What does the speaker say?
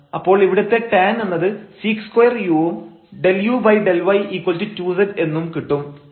അപ്പോൾ ഇവിടുത്തെ tan എന്നത് sec2u ഉം ∂u∂y2z എന്നും കിട്ടും